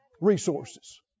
resources